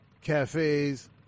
cafes